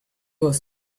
was